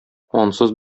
ансыз